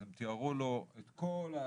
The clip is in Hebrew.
אז הם תיארו לו את כל מה